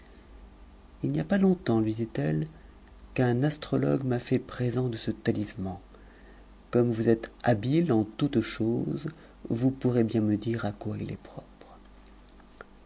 il n'y a pas longtemps lui dit-elle qu'un astrologue m'a fait présent de ce talisman comme vous êtes habite en toutes choses vous pourrez bien medireà quoi ilest propre